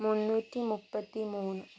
മുന്നൂറ്റി മുപ്പത്തി മൂന്ന്